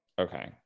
Okay